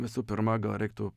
visų pirma gal reiktų